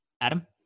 Adam